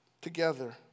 together